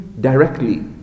directly